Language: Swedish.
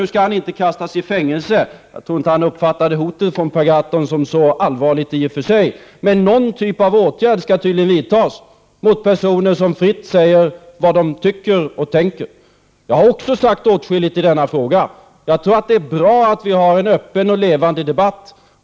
Nu skall han inte kastas i fängelse — jag tror inte heller att han uppfattade hotet från Per Gahrton så allvarligt i och för sig — men någon typ av åtgärd skall tydligen vidtas mot personer som fritt säger vad de tycker och tänker. Jag har också sagt åtskilligt i denna fråga— jag tror att det är bra med en öppen och levande debatt.